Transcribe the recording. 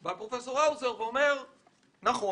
בא פרופ' האוזר ואומר: "נכון,